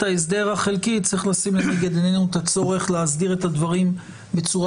ההסדר חלקית צריך לשים לנגד עינינו את הצורך להסדיר את הדברים בצורה